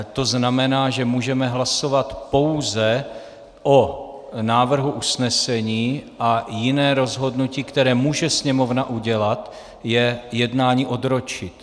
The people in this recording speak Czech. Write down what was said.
To znamená, že můžeme hlasovat pouze o návrhu usnesení a jiné rozhodnutí, které může Sněmovna udělat, je jednání odročit.